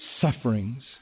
sufferings